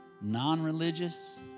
non-religious